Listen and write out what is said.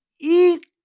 eat